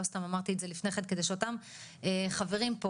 לא סתם אמרתי את זה לפני כן כדי שאותם חברים פה